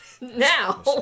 Now